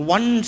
One